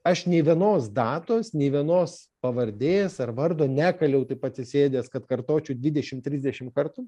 aš nė vienos datos nė vienos pavardės ar vardo nekaliau taip atsisėdęs kad kartočiau dvidešim trisdešim kartų